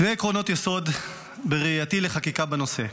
שני עקרונות יסוד לחקיקה בנושא: